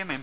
M M